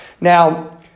Now